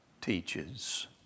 teaches